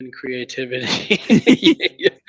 creativity